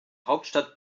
hauptstadt